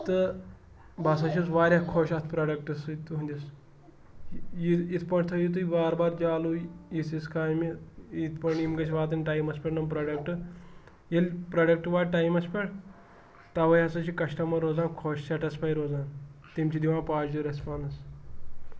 تہٕ بہٕ ہَسا چھُس واریاہ خۄش اَتھ پرٛوڈَکٹ سۭتۍ تُہٕنٛدِس یہِ یِتھ پٲٹھۍ تھٲیِو تُہۍ وارٕ وارٕ چالو یہِ یِژھ یِژھ کامہِ یِتھ پٲٹھۍ یِم گژھِ واتٕنۍ ٹایمَس پٮ۪ٹھ یِم پرٛوڈَکٹ ییٚلہِ پرٛوڈَکٹ واتہِ ٹایمَس پٮ۪ٹھ تَوَے ہَسا چھِ کَسٹَمَر روزان خۄش سیٚٹِسفاے روزان تِم چھِ دِوان پازٹِو رٮ۪سپانَس